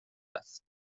است